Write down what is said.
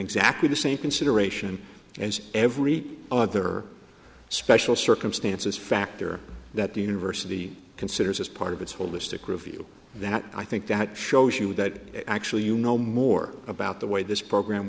exactly the same consideration as every other special circumstances factor that the university considers as part of its holistic review that i think that shows you that actually you know more about the way this program